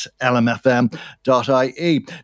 lmfm.ie